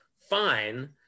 fine